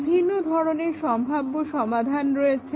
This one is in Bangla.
বিভিন্ন ধরনের সম্ভাব্য সমাধান রয়েছে